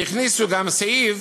והכניסו גם סעיף,